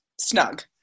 snug